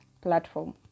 platform